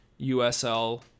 USL